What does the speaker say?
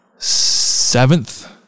seventh